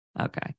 Okay